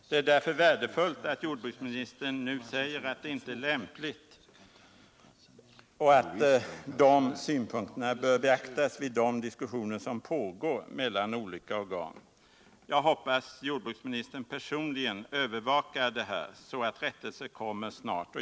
Det är därför värdefullt att jordbruksministern nu säger att det inte kan vara lämpligt att ordna sådana tävlingar inom ömtåliga vattenom Om regeringens råden under den för djurlivet mest känsliga perioden och att hans synpunkter syn på strandskydkommer att beaktas vid de diskussioner som pågår mellan olika organ. Jag det hoppas att jordbruksministern personligen övervakar detta, så att rättelse kommer snart.